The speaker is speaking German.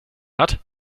hat